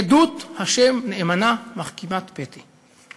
עדות ה' נאמנה מחכימת פתי.